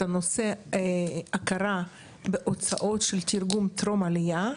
נושא ההכרה בהוצאות של תרגום טרום עליה,